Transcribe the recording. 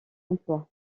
emploi